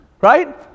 Right